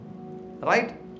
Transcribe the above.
right